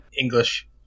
English